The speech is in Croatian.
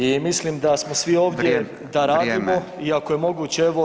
I mislim da svi ovdje da radimo i ako je moguće evo